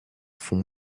fond